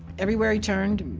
everywhere he turned,